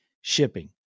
shipping